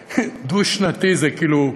דו-שנתי, זה כאילו,